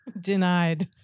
Denied